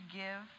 give